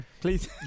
please